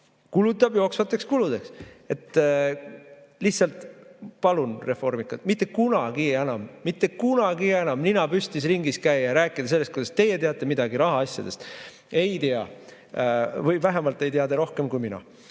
Kulutab jooksvateks kuludeks! Lihtsalt, palun, reformikad, mitte kunagi enam, mitte kunagi enam nina püsti ringi käia ja rääkida sellest, kuidas teie teate midagi rahaasjadest. Ei tea! Või vähemalt ei tea te rohkem kui mina.